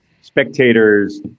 spectators